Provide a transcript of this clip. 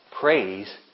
Praise